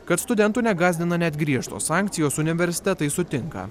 kad studentų negąsdina net griežtos sankcijos universitetai sutinka